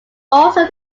also